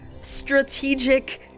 strategic